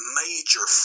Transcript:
major